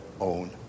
own